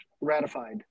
ratified